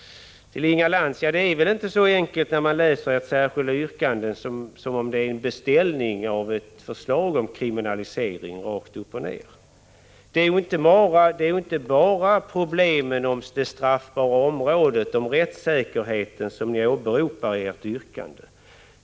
Till Inga Lantz vill jag säga att det väl inte är så enkelt som att ert särskilda yrkande utgör en beställning av ett förslag om kriminalisering. Det är inte bara problem med det straffbara och rättssäkerheten som åberopas i ert yrkande.